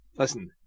Listen